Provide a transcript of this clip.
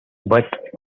but